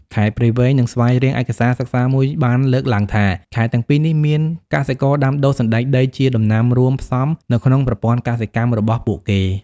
ខេត្តព្រៃវែង និងស្វាយរៀង ឯកសារសិក្សាមួយបានលើកឡើងថា ខេត្តទាំងពីរនេះមានកសិករដាំដុះសណ្តែកដីជាដំណាំរួមផ្សំនៅក្នុងប្រព័ន្ធកសិកម្មរបស់ពួកគេ។